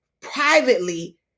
privately